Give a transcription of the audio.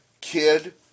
kid